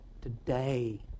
today